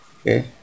Okay